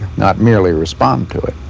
not merely respond to it.